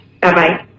Bye-bye